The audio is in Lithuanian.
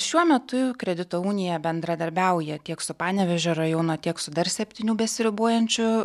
šiuo metu kredito unija bendradarbiauja tiek su panevėžio rajono tiek su dar septynių besiribojančių